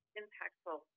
impactful